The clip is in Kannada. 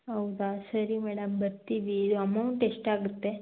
ಹೌದಾ ಸರಿ ಮೇಡಮ್ ಬರುತ್ತೀವಿ ಅಮೌಂಟ್ ಎಷ್ಟಾಗುತ್ತೆ